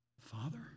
Father